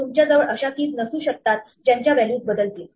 तुमच्याजवळ अशा keys नसू शकतात ज्यांच्या व्हॅल्यूज बदलतील